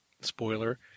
spoiler